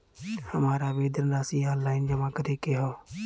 हमार आवेदन राशि ऑनलाइन जमा करे के हौ?